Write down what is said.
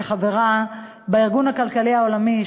כחברה בארגון הכלכלי העולמי,